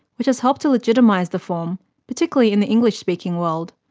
which has helped to legitimise the form, particularly in the english speaking world.